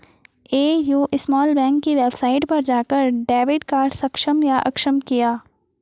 AU small bank की website पर जाकर डेबिट कार्ड सक्षम या अक्षम किया